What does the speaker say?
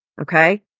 okay